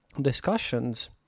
discussions